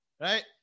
right